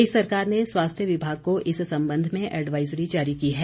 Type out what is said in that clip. प्रदेश सरकार ने स्वास्थ्य विभाग को इस संबंध में एडवाइजरी जारी की है